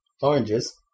Oranges